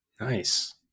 nice